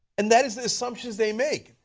and that is the assumptions they make.